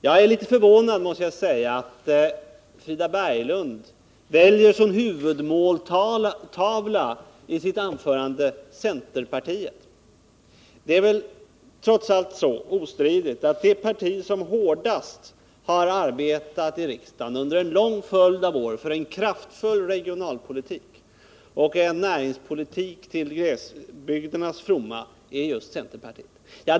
Jag är emellertid litet förvånad över att Frida Berglund som huvudmåltavla i sitt anförande väljer centerpartiet. Det är väl ostridigt så att det parti i riksdagen som under en lång följd av år hårdast har arbetat för en kraftfull regionaloch näringspolitik till glesbygdernas fromma just är centerpartiet.